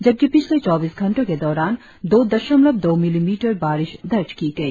जबकि पिछले चौबीस घंटो के दौरान दो दशमलव दो मिलीमीटर बारिश दर्ज की गई